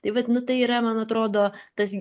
tai vat nu tai yra man atrodo tas